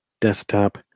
Desktop